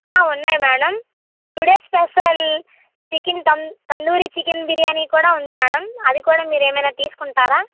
ఆ ఉన్నాయి madam today's special chicken తం తందూరి చికెన్ బిర్యానీ కూడా ఉంది మేడం అది కూడా మీరు ఏమైనా తీసుకుంటారా